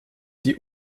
die